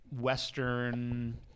Western